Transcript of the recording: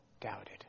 doubted